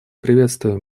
приветствуем